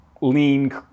lean